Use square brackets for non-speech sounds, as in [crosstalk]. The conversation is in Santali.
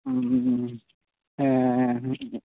[unintelligible]